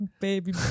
baby